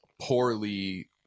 poorly